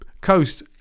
Coast